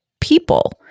people